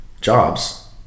jobs